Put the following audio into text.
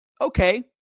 okay